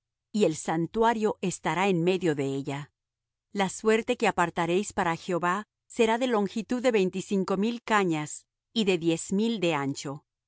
y el santuario estará en medio de ella la suerte que apartaréis para jehová será de longitud de veinticinco mil cañas y de diez mil de ancho